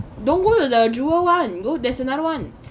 don't want to the jewel one go there's another one